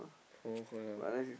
four o-clock lah